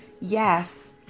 yes